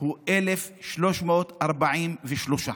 הוא 1,343,